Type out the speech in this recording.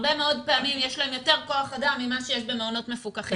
הרבה מאוד פעמים יש להם יותר כוח אדם ממה שיש במעונות מפוקחים.